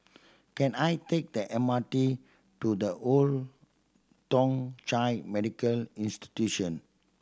can I take the M R T to The Old Thong Chai Medical Institution